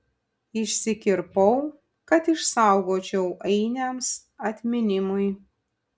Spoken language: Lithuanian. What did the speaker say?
išsikirpau kad išsaugočiau ainiams atminimui